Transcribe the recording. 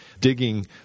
digging